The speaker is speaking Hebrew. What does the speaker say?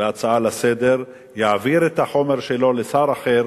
הצעה לסדר-היום יעביר את החומר שלו לשר אחר